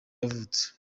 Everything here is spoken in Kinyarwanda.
yavutse